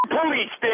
police